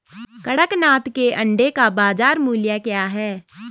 कड़कनाथ के अंडे का बाज़ार मूल्य क्या है?